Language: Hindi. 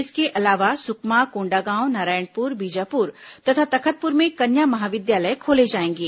इसके अलावा सुकमा कोण्डागांव नारायणपुर बीजापुर तथा तखतपुर में कन्या महाविद्यालय खोले जाएंगे